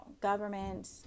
government